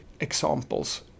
examples